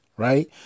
Right